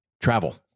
travel